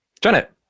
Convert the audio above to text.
Janet